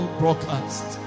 broadcast